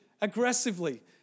aggressively